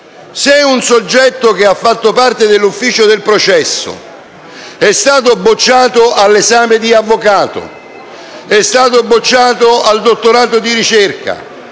se un soggetto che ha fatto parte dell'ufficio del processo è stato bocciato all'esame di avvocato, è stato bocciato al dottorato di ricerca,